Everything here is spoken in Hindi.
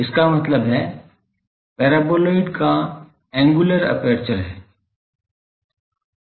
इसका मतलब है परबोलॉइड का एंगुलर एपर्चर psi है